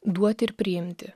duoti ir priimti